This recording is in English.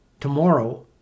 tomorrow